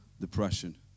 depression